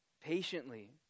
Patiently